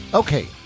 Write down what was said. okay